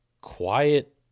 quiet